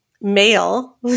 male